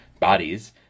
bodies